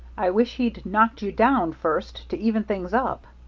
i wish he'd knocked you down first, to even things up,